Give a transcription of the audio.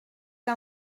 que